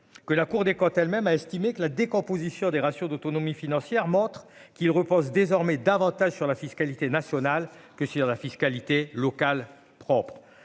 que la Cour des comptes, elle même, a estimé que la décomposition des ratios d'autonomie financière montre qu'il repose désormais davantage sur la fiscalité nationale que sur la fiscalité locale propre.